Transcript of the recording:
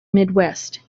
midwest